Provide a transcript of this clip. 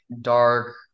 dark